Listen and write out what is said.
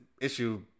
issue